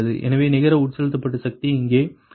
எனவே நிகர உட்செலுத்தப்பட்ட சக்தி இங்கே PiPgi PLi